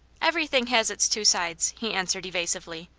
everything has its two sides, he answered, eva sively.